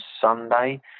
Sunday